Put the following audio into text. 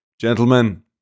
Gentlemen